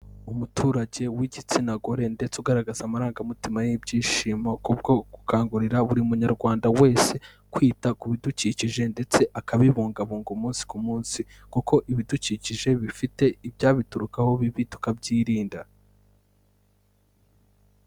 Umuturage w'igitsina gore ndetse ugaragaza amarangamutima y'ibyishimo kubwo gukangurira buri Munyarwanda wese kwita ku bidukikije ndetse akabibungabunga umunsi ku munsi, kuko ibidukikije bifite ibyabiturukaho bibi tukabyirinda.